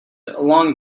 along